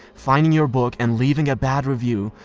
finding your book and leaving a bad review,